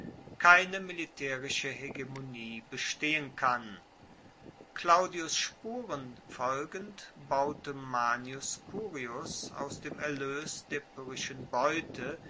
keine militaerische hegemonie bestehen kann claudius spuren folgend baute manius curius aus dem erloes der pyrrhischen beute